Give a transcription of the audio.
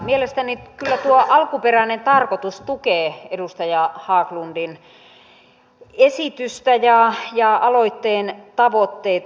mielestäni kyllä tuo alkuperäinen tarkoitus tukee edustaja haglundin esitystä ja aloitteen tavoitteita